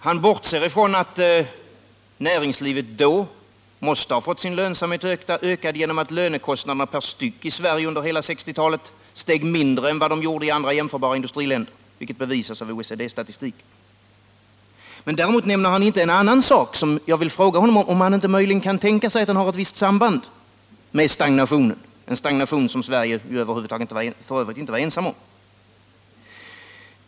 Han bortser från att näringslivet då måste ha fått sin lönsamhet ökad genom att lönekostnaderna per styck i Sverige under hela 1960-talet steg mindre än vad de gjorde i alla jämförbara industriländer, vilket bevisas av OECD-statistiken. Gösta Bohman nämner inte en annan sak, nämligen kapitalflykten, och jag vill fråga om han inte möjligen kan tänka sig att den har ett visst samband med stagnationen, en stagnation som Sverige f. ö. inte varit ensamt om.